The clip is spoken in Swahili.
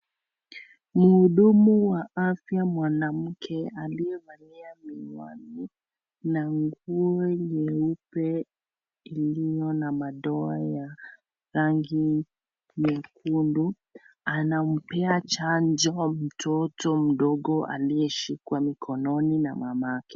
Muhudumu wa afya mwanamke aliyevalia miwani na nguo nyeupe iliyo na madoa ya rangi nyekundu, anampea chanjo mtoto mdogo aliyeshikwa mkononi na mamake.